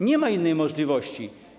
Nie ma innej możliwości.